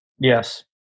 Yes